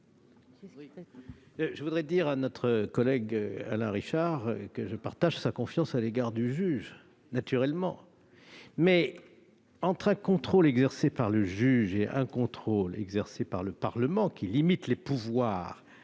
Je voudrais dire à notre collègue Alain Richard que je partage naturellement sa confiance à l'égard du juge. Pourtant, entre un contrôle exercé par le juge et un contrôle exercé par le Parlement, lequel limite les pouvoirs